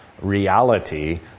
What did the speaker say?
reality